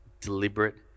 deliberate